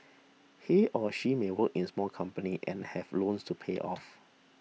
he or she may work in small company and have loans to pay off